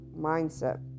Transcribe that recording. mindset